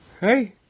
hey